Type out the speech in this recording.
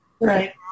Right